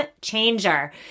changer